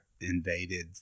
invaded